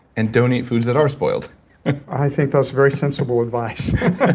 and don't eat foods that are spoiled i think that's very sensible advice.